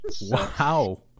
Wow